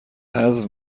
حذف